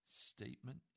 statement